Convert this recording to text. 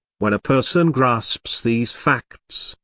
when a person grasps these facts,